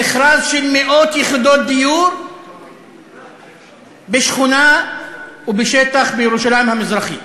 מכרז של מאות יחידות דיור בשכונה ובשטח בירושלים המזרחית